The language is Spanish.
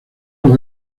los